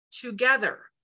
together